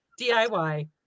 DIY